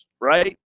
right